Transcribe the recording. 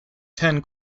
ten